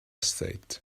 said